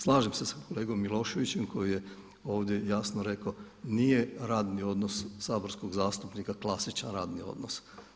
Slažem se sa kolegom Miloševićem koji je ovdje jasno rekao nije radni odnos saborskog zastupnika klasičan radni odnos.